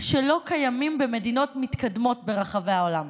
שלא קיימים במדינות מתקדמות ברחבי העולם.